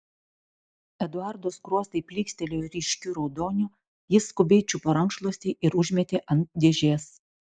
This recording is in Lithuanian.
eduardo skruostai plykstelėjo ryškiu raudoniu jis skubiai čiupo rankšluostį ir užmetė ant dėžės